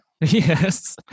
yes